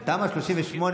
בתמ"א 38,